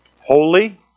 Holy